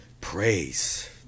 praise